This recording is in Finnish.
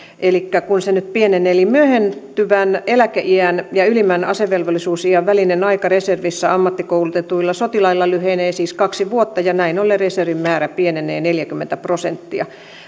kun se nyt pienenee myöhentyvän eläkeiän ja ylimmän asevelvollisuusiän välinen aika reservissä ammattikoulutetuilla sotilailla lyhenee siis kaksi vuotta ja näin ollen reservin määrä pienenee neljäkymmentä prosenttia